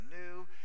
new